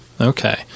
Okay